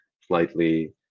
slightly